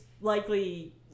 likely